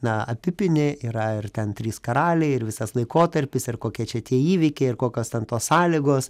na apipini yra ir ten trys karaliai ir visas laikotarpis ir kokie čia tie įvykiai ir kokios ten tos sąlygos